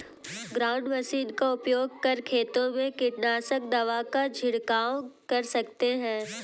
ground machine का उपयोग कर खेतों में कीटनाशक दवा का झिड़काव कर सकते है